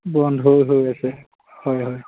বন্ধও হৈ আছে হয় হয়